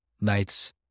nights